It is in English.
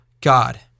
God